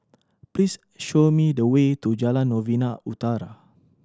please show me the way to Jalan Novena Utara